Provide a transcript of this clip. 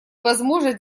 возможность